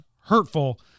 hurtful